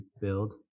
build